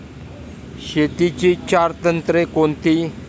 शेतीची चार तंत्रे कोणती?